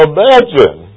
Imagine